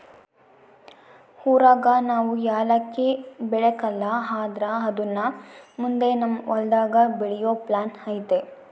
ಊರಾಗ ನಾವು ಯಾಲಕ್ಕಿ ಬೆಳೆಕಲ್ಲ ಆದ್ರ ಅದುನ್ನ ಮುಂದೆ ನಮ್ ಹೊಲದಾಗ ಬೆಳೆಯೋ ಪ್ಲಾನ್ ಐತೆ